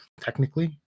technically